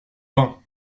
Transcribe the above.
vin